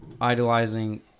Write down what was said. idolizing